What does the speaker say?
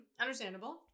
Understandable